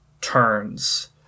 turns